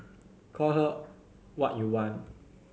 call her what you want